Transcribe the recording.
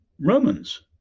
Romans